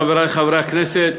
חברי חברי הכנסת,